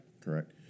Correct